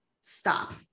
stop